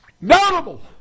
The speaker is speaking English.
notable